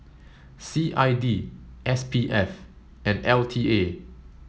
C I D S P F and L T A